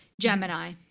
Gemini